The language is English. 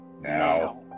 Now